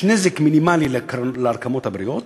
יש נזק מינימלי לרקמות הבריאות.